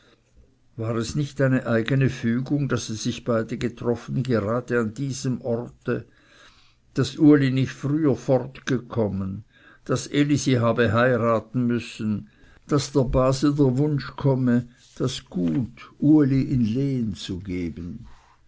war es nicht eine eigene fügung daß sie sich beide getroffen gerade an diesem orte daß uli nicht früher fortgekommen daß elisi habe heiraten müssen daß der base der wunsch komme das gut uli in lehen zu geben